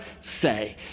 say